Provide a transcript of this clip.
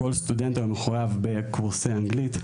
כל סטודנט היום מחויב בקורסי אנגלית.